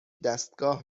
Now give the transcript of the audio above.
دستگاه